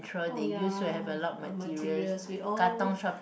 oh ya the materials we always